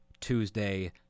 Tuesday